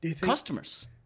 customers